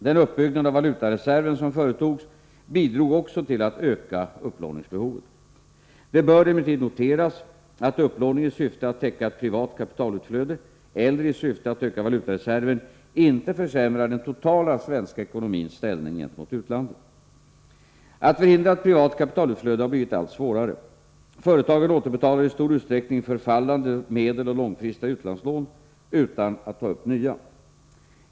Den uppbyggnad av valutareserven som företogs bidrog också till att öka upplåningsbehovet. Det bör emellertid noteras att upplåning i syfte att täcka ett privat kapitalutflöde eller i syfte att öka valutareserven inte försämrar den totala svenska ekonomins ställning gentemot utlandet. Att förhindra ett privat kapitalutflöde har blivit allt svårare. Företagen återbetalar i stor utsträckning förfallande medeloch långfristiga utlandslån utan att ta upp nya.